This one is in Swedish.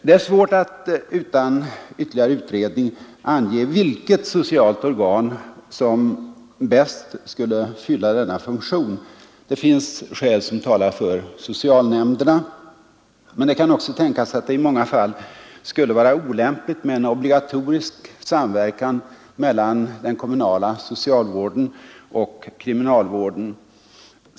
Det är svårt att utan ytterligare utredning ange vilket socialt organ som bäst skulle fylla denna funktion. Det finns skäl som talar för socialnämnderna, men det kan också tänkas att det i många fall skulle vara olämpligt med en obligatorisk samverkan mellan den kommunala socialvården och kriminalvården.